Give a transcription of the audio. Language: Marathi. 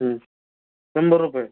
हं शंभर रुपये